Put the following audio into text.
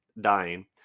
dying